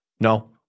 No